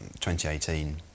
2018